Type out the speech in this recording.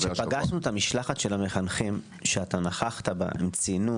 כשפגשנו את משלחת המחנכים שנכחת הם ציינו